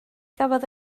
gafodd